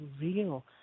real